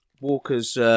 Walker's